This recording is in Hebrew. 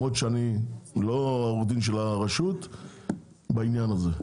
למרות שאני לא עורך דין של הרשות בעניין הזה,